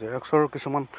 জেৰক্সৰ কিছুমান